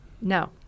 No